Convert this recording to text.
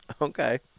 Okay